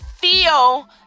feel